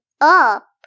up